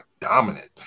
dominant